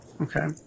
Okay